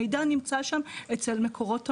המידע נמצא שם אצל מקורות המידע,